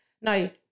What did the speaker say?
Now